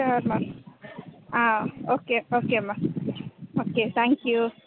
sure ma'am ah okay okay ma'am okay thank you